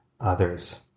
others